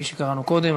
כפי שקראנו קודם.